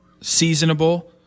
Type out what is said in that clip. seasonable